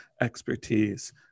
expertise